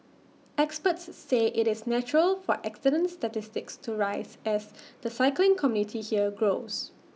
experts say IT is natural for accident statistics to rise as the cycling community here grows